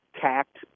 tact